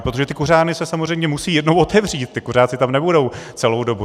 Protože ty kuřárny se samozřejmě musí jednou otevřít, ti kuřáci tam nebudou celou dobu.